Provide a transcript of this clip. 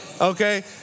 Okay